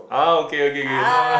uh okay okay okay now